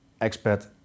expat